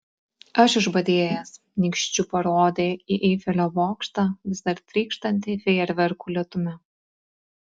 aš išbadėjęs nykščiu parodė į eifelio bokštą vis dar trykštantį fejerverkų lietumi